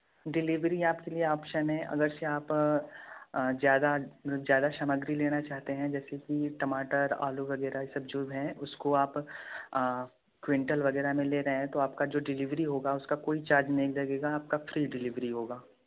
delivery आपके लिए option है अगर आप ज्यादा ज्यादा सामग्री लेना चाहते हैं जैसे कि टमाटर आलू वगैरह सब जो है उसको आप क्विंटल वगैरह में ले रहे हैं तो आपका जो डिलीवरी होगा उसका कोई चार्ज नहीं लगेगा आपका फ्री डिलीवरी होगा